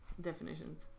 definitions